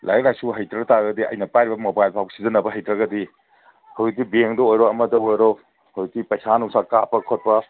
ꯂꯥꯏꯔꯤꯛ ꯂꯥꯏꯁꯨ ꯍꯩꯇ꯭ꯔ ꯇꯥꯔꯒꯗꯤ ꯑꯩꯅ ꯄꯥꯏꯔꯤꯕ ꯃꯣꯏꯕꯥꯏꯜꯐꯥꯎ ꯁꯤꯖꯟꯅꯕ ꯍꯩꯇ꯭ꯔꯒꯗꯤ ꯍꯧꯖꯤꯛꯇꯤ ꯕꯦꯡꯗ ꯑꯣꯏꯔꯣ ꯑꯃꯗ ꯑꯣꯏꯔꯣ ꯍꯧꯖꯤꯛꯇꯤ ꯄꯩꯁꯥ ꯅꯨꯡꯁꯥ ꯀꯥꯞꯄ ꯈꯣꯠꯄ